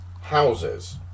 houses